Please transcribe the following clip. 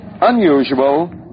unusual